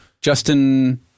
Justin